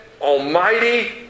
almighty